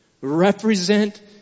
Represent